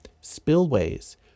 spillways